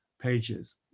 pages